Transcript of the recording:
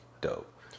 dope